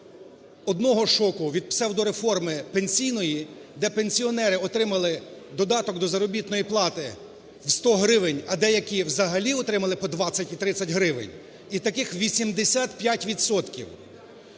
одного шоку, від псевдореформи пенсійної, де пенсіонери отримали додаток до заробітної плати в 100 гривень, а деякі взагалі отримали по 20 і 30 гривень, і таких 85